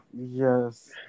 Yes